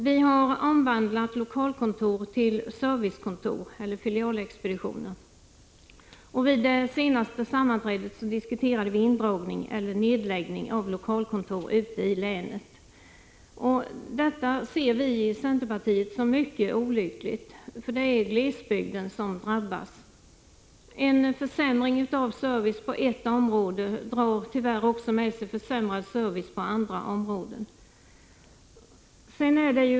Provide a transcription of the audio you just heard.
Vi har omvandlat lokalkontor till servicekontor eller filialexpeditioner. Vid det senaste sammanträdet diskuterade vi indragning eller nedläggning av lokalkontor ute i länet. Detta ser vi i centerpartiet som mycket olyckligt, eftersom det är glesbygden som drabbas. En försämring av service på ett område drar tyvärr också med sig försämrad service på andra områden.